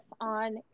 on